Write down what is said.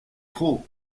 trop